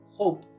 hope